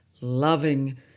loving